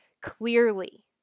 clearly